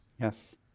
Yes